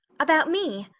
about me?